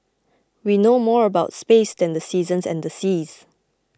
we know more about space than the seasons and the seas